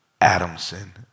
Adamson